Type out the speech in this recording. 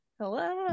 Hello